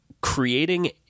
creating